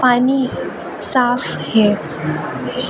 پانی صاف ہے